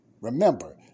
Remember